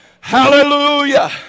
hallelujah